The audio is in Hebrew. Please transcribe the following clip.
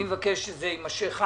אני מבקש שזה יתנהל ככה.